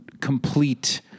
complete